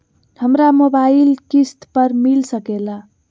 हमरा मोबाइल किस्त पर मिल सकेला?